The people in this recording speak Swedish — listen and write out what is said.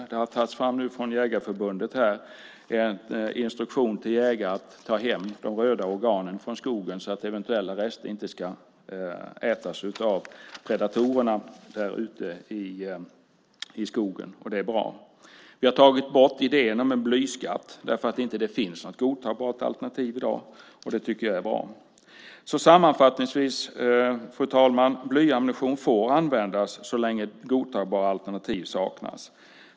Jägareförbundet har tagit fram en instruktion till jägare om att ta hem de röda organen från skogen så att eventuella rester inte ska ätas av predatorerna i skogen. Det är bra. Vi har tagit bort idén om en blyskatt eftersom det inte finns något godtagbart alternativ i dag. Det är också bra. Sammanfattningsvis, fru talman, får blyammunition användas så länge godtagbara alternativ saknas.